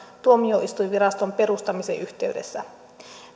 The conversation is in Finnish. tuomioistuinviraston perustamisen yhteydessä